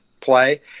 play